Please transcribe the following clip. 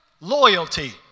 loyalty